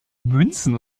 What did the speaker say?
münzen